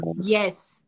Yes